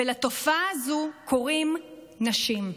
ולתופעה הזו קוראים נשים.